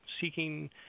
seeking